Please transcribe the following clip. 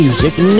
music